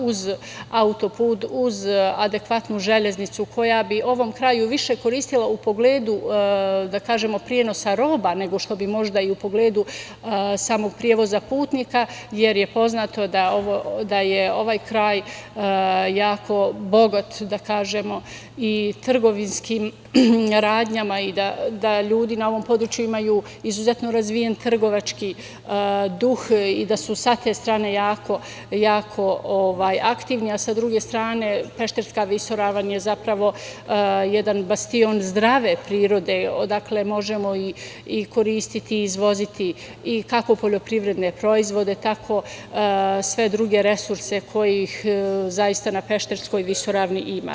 Uz autoput, uz adekvatnu železnicu koja bi ovom kraju više koristila u pogledu, da kažemo, prenosa roba nego što bi možda i u pogledu samog prevoza putnika, jer je poznato da je ovaj kraj jako bogat i trgovinskim radnjama i da ljudi na ovom području imaju izuzetno razvijen trgovački duh i da su sa te strane jako aktivni, a sa druge strane Pešterska visoravan je zapravo jedan bastion zdrave prirode odakle možemo i koristiti i izvoziti kako poljoprivredne proizvode, tako sve druge resurse kojih zaista na Pešterskoj visoravni ima.